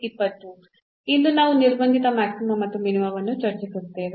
ಇಂದು ನಾವು ನಿರ್ಬಂಧಿತ ಮ್ಯಾಕ್ಸಿಮಾ ಮತ್ತು ಮಿನಿಮಾವನ್ನು ಚರ್ಚಿಸುತ್ತೇವೆ